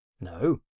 No